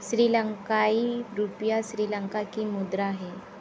श्रीलंकाई रुपया श्रीलंका की मुद्रा है